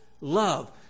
love